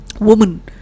woman